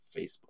Facebook